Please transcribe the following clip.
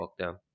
lockdown